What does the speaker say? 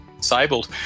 disabled